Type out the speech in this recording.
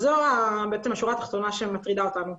זו בעצם השורה התחתונה שמטרידה אותנו.